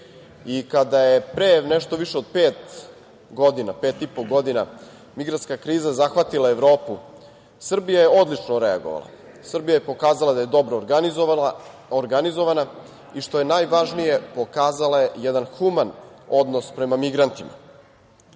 krizi. Kada je pre nešto više od pet godina, pet i po godina, migrantska kriza zahvatila Evropu, Srbija je odlično reagovala. Srbija je pokazala da je dobro organizovana i, što je najvažnije, pokazala je jedan human odnos prema migrantima.